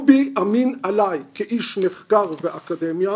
טובי אמין עליי כאיש מחקר ואקדמיה,